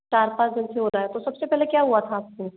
चार पाँच दिन से हो रहा है तो सबसे पहले क्या हुआ था आप को